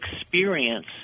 experience